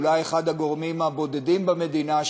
אולי אחד הגורמים הבודדים במדינה,